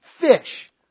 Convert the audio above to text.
fish